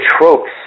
tropes